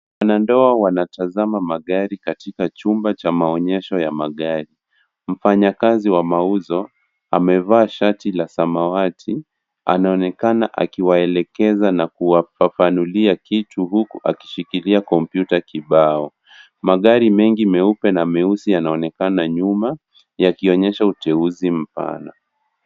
Wanandoa wanatazama magari katika chumba cha maonyesho ya magari. Mfanyakazi wa mauzo amevaa shati la samawati. Anaonekana kuwaelekeza na kuwafafanulia kitu huku akishikilia kompyuta kibao. Magari mengi meupe na meusi yanaonekana nyuma yakionyesha uteuzi mpana.